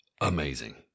amazing